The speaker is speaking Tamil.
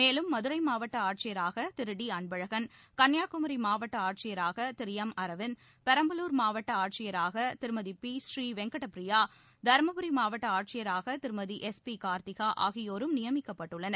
மேலும் மதுரை மாவட்ட ஆட்சியராக திரு டி அன்பழகன் கன்னியாகுமி மாவட்ட ஆட்சியராக திரு எம் அரவிந்த் பெரம்பலூர் மாவட்ட ஆட்சியராக திருமதி பி ஸ்ரீ வெங்கட ப்ரியா தருமபுரி மாவட்ட ஆட்சியராக திருமதி எஸ் பி கார்த்திகா ஆகியோரும் நியமிக்கப்பட்டுள்ளனர்